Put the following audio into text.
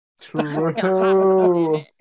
True